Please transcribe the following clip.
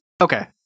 Okay